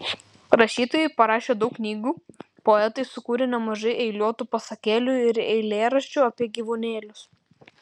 rašytojai parašė daug knygų poetai sukūrė nemažai eiliuotų pasakėlių ir eilėraščių apie gyvūnėlius